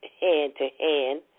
hand-to-hand